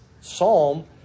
psalm